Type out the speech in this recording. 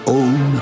own